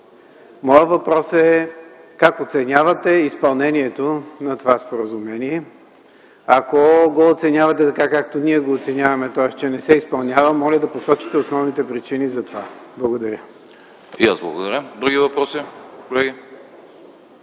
Моят въпрос е: как оценявате изпълнението на това споразумение? Ако го оценявате, така както ние го оценяваме, тоест, че не се изпълнява, моля да посочите основните причини за това. Благодаря. ПРЕДСЕДАТЕЛ АНАСТАС